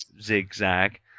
zigzag